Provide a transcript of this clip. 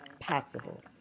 possible